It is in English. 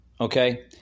Okay